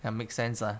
and make sense ah